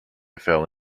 fell